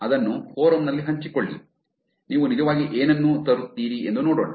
ಅದನ್ನು ಫೋರಮ್ ನಲ್ಲಿ ಹಂಚಿಕೊಳ್ಳಿ ನೀವು ನಿಜವಾಗಿ ಏನನ್ನು ತರುತ್ತೀರಿ ಎಂದು ನೋಡೋಣ